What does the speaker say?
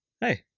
Hey